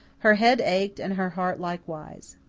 her head ached and her heart likewise.